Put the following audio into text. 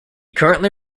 currently